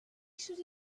should